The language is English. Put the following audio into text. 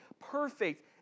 perfect